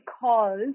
called